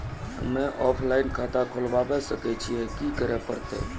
हम्मे ऑफलाइन खाता खोलबावे सकय छियै, की करे परतै?